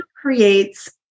creates